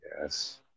yes